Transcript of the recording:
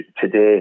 today